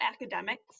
academics